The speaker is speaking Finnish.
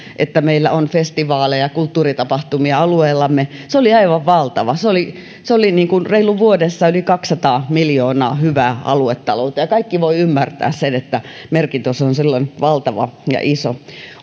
että meillä on festivaaleja kulttuuritapahtumia alueellamme se oli aivan valtava se oli se oli reilussa vuodessa yli kaksisataa miljoonaa hyvää aluetalouteen ja kaikki voivat ymmärtää sen että merkitys on silloin valtava ja iso